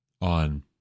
on